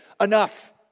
enough